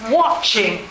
watching